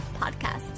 Podcast